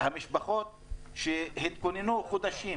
המשפחות שהתכוננו חודשים,